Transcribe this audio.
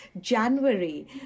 January